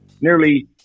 nearly